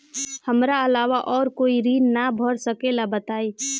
हमरा अलावा और कोई ऋण ना भर सकेला बताई?